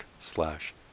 slash